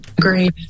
Great